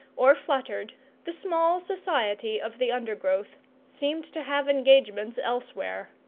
or fluttered the small society of the undergrowth seemed to have engagements elsewhere.